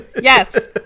Yes